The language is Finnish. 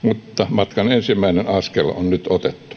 matkan ensimmäinen askel on nyt